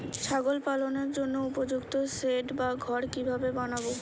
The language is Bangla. ছাগল পালনের জন্য উপযুক্ত সেড বা ঘর কিভাবে বানাবো?